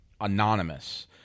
anonymous